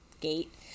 gate